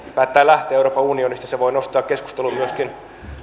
päättää lähteä euroopan unionista mitä en toivo se voi nostaa keskusteluun myöskin